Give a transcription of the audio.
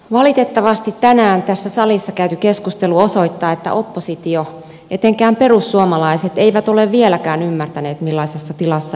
valitettavasti tänään tässä salissa käyty keskustelu osoittaa että oppositio etenkään perussuomalaiset ei ole vieläkään ymmärtänyt millaisessa tilassa eurooppa on